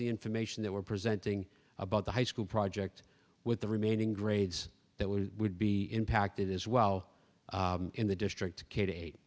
the information that we're presenting about the high school project with the remaining grades that we would be impacted as well in the district k